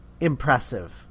impressive